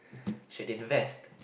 should invest